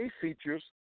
features